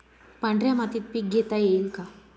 पांढऱ्या मातीत पीक घेता येईल का?